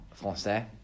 français